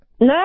No